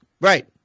Right